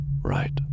right